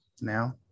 now